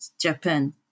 Japan